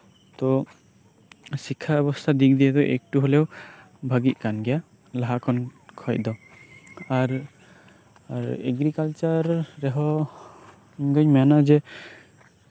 ᱛᱳ ᱥᱤᱠᱠᱷᱟ ᱵᱮᱵᱚᱥᱛᱷᱟ ᱫᱤᱠ ᱫᱤᱭᱳᱳ ᱮᱠᱴᱩ ᱦᱚᱞᱮᱳ ᱵᱷᱟᱜᱤᱜ ᱠᱟᱱ ᱜᱮᱭᱟ ᱞᱟᱦᱟ ᱠᱷᱚᱱ ᱠᱷᱚᱡ ᱫᱚ ᱟᱨ ᱮᱜᱨᱤᱠᱟᱞᱪᱟᱨ ᱨᱮᱦᱚᱸ ᱤᱧ ᱫᱩᱧ ᱢᱮᱱᱟ ᱡᱮ